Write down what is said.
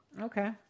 Okay